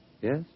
Yes